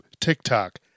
TikTok